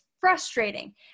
frustrating